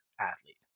athlete